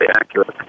accurate